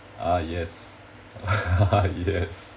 ah yes ah yes